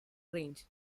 range